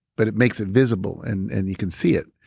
but it makes it visible and and you can see it.